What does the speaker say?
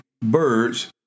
birds